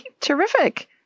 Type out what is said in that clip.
terrific